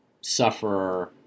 sufferer